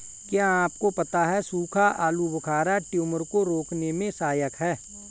क्या आपको पता है सूखा आलूबुखारा ट्यूमर को रोकने में सहायक है?